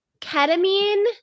ketamine